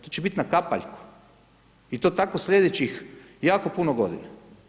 To će biti na kapaljku i to tako sljedećih jako puno godina.